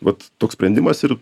vat toks sprendimas ir